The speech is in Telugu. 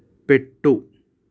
పెట్టు